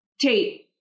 Tate